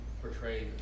portrayed